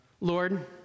Lord